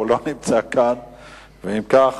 וטיפלת בנושא.